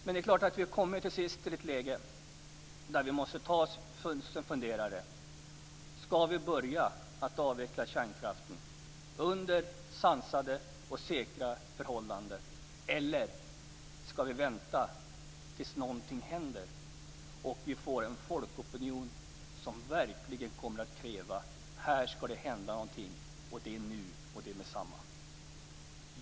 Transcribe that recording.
Men det är klart att vi till sist kommer till ett läge där vi måste ta oss en funderare. Skall vi börja avveckla kärnkraften under sansade och säkra förhållanden, eller skall vi vänta tills någonting händer och vi får en folkopinion som verkligen kommer att kräva att något händer nu, meddetsamma?